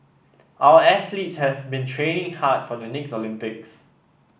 our athletes have been training hard for the next Olympics